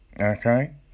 okay